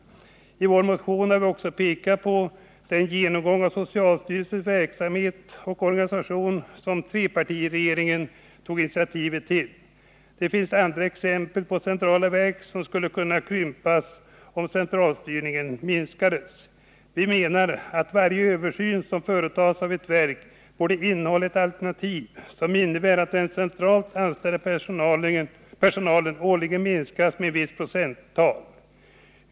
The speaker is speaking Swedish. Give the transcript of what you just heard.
I vår motion har vi pekat på den genomgång av socialstyrelsens verksamhet och organisation som trepartiregeringen tog initiativ till. Det finns andra exempel på centrala verk som skulle kunna krympas om centralstyrningen minskades. Vi menar att varje översyn som företas av ett verk borde innehålla ett alternativ som innebär att den centralt anställda personalen årligen minskas med ett visst procenttal.